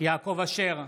יעקב אשר,